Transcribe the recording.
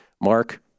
Mark